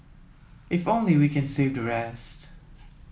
if only we can save the rest